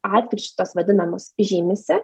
atkryčius tuos vadinamus žymisi